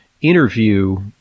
interview